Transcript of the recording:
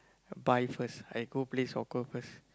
buy first I go play soccer first